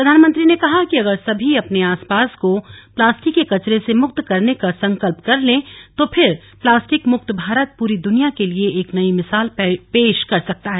प्रधानमंत्री ने कहा कि अगर सभी अपने आस पास को प्लास्टिक के कचरे से मुक्त करने का संकल्प कर ले तो फिर प्लास्टिक मुक्त भारत पूरी दुनिया के लिए एक नई मिसाल पेश कर सकता है